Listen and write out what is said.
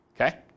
Okay